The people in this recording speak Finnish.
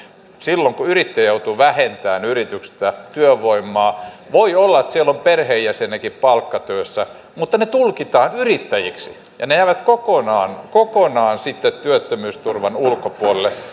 silloin kun yrittäjä joutuu vähentämään yrityksestä työvoimaa voi olla että siellä on perheenjäseniäkin palkkatyössä mutta heidät tulkitaan yrittäjiksi ja he jäävät kokonaan kokonaan sitten työttömyysturvan ulkopuolelle